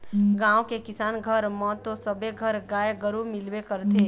गाँव के किसान घर म तो सबे घर गाय गरु मिलबे करथे